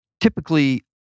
typically